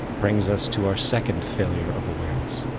brings us to our second failure of awareness.